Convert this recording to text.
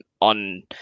on